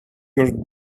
your